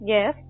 Yes